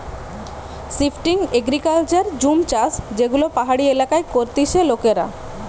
shifting agriculture জুম চাষযেগুলো পাহাড়ি এলাকায় করতিছে লোকেরা